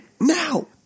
now